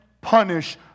punish